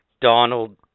Donald